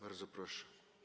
Bardzo proszę.